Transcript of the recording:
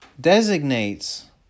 designates